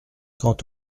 quant